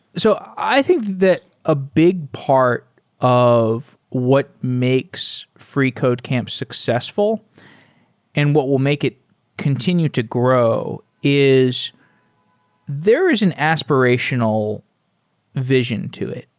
so i think that a big part of what makes freecodecamp successful and what will make it continue to grow is there is an aspirational vision to it,